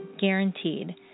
guaranteed